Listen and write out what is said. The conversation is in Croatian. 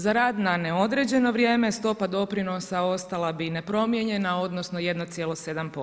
Za rad na neodređeno vrijeme stopa doprinosa ostala bi nepromijenjena, odnosno 1,7%